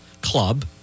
club